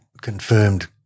confirmed